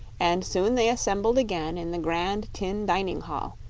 and soon they assembled again in the grand tin dining-hall,